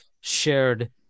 shared